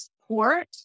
support